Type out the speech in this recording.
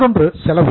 மற்றொன்று செலவு